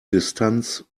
distanz